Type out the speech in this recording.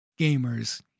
gamers